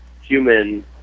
human